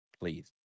please